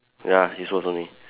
ya his words only